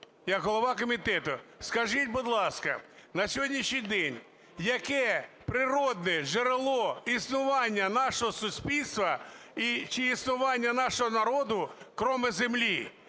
як голова комітету скажіть, будь ласка, на сьогоднішній день яке природне джерело існування нашого суспільства чи існування нашого народу, крім землі?